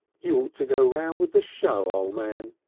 you to go round with a show, o' man,